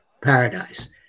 paradise